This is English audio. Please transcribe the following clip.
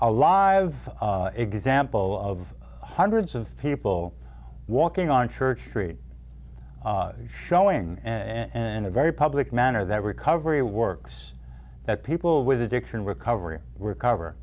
live example of hundreds of people walking on church street showing in a very public manner that recovery works that people with addiction recovery recover